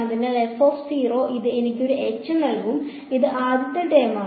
അതിനാൽ ഇത് എനിക്ക് ഒരു h നൽകും ഇത് ആദ്യ ടേമാണ്